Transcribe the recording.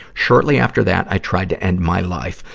shortly after that, i tried to end my life,